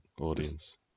audience